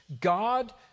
God